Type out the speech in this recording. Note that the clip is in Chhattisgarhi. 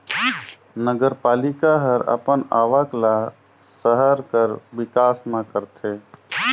नगरपालिका हर अपन आवक ल सहर कर बिकास में करथे